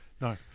No